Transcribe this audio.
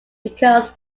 because